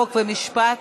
חוק ומשפט.